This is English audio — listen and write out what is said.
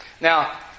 Now